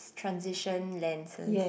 transition lenses